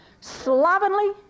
slovenly